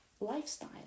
lifestyle